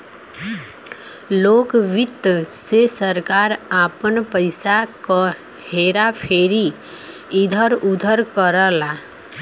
लोक वित्त से सरकार आपन पइसा क हेरा फेरी इधर उधर करला